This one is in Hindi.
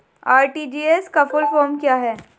आर.टी.जी.एस का फुल फॉर्म क्या है?